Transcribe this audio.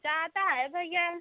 ज़्यादा है भैया